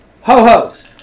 Ho-hos